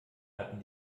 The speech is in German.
hatten